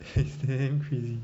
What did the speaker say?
it's damn crazy